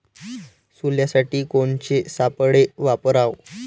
सोल्यासाठी कोनचे सापळे वापराव?